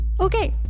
Okay